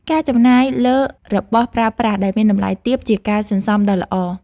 ការចំណាយលើរបស់ប្រើប្រាស់ដែលមានតម្លៃទាបជាការសន្សុំដ៏ល្អ។